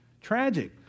Tragic